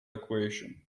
equation